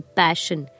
passion